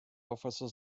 officers